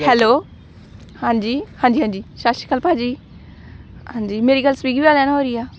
hello ਹਾਂਜੀ ਹਾਂਜੀ ਹਾਂਜੀ ਸਤਿ ਸ਼੍ਰੀ ਅਕਾਲ ਭਾਅ ਜੀ ਹਾਂਜੀ ਮੇਰੀ ਗੱਲ ਸਵਿਗੀ ਵਾਲਿਆਂ ਨਾਲ ਹੋ ਰਹੀ ਆ